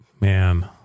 Man